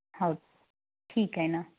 हो ठीक आहे ना